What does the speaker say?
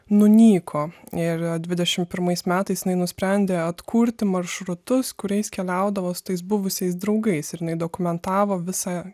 nunyko ir dvidešimt pirmais metais jinai nusprendė atkurti maršrutus kuriais keliaudavo su tais buvusiais draugais ir jinai dokumentavo visą